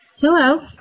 Hello